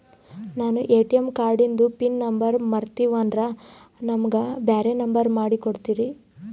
ನಾನು ಎ.ಟಿ.ಎಂ ಕಾರ್ಡಿಂದು pin number ಮರತೀವಂದ್ರ ನಮಗ ಬ್ಯಾರೆ ನಂಬರ್ ಮಾಡಿ ಕೊಡ್ತೀರಿ?